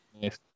yes